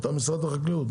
אתה משרד החקלאות.